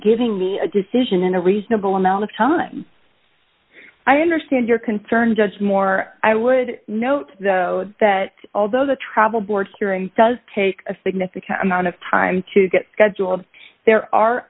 giving me a decision in a reasonable amount of time i understand your concern judge moore i would note that although the travel board's hearing does take a significant amount of time to get scheduled there are